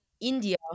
India